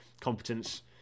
competence